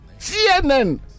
CNN